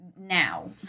now